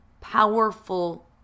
powerful